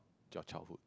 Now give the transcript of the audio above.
your childhood